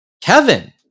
Kevin